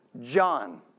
John